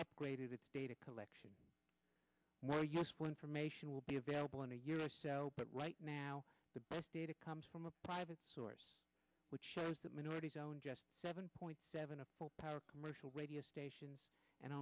upgraded its data collection well useful information will be available in a year or so but right now the best data comes from a private source which shows that minorities own just seven point seven a full power commercial radio stations and